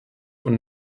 und